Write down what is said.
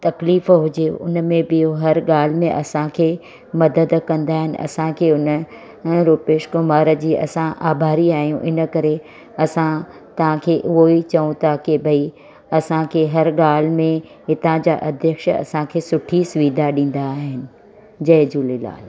तकलीफ़ हुजे हुन में बि हर ॻाल्हि में असांखे मदद कंदा आहिनि असांखे हुन रुपेश कुमार जी असां आभारी आहियूं इनकरे असां तव्हांखे उहो ई चऊं था की भई असांखे हर ॻाल्हि में हितां जा अध्यक्ष असांखे सुठी सुविधा ॾींदा आहिनि जय झूलेलाल